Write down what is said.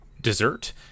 dessert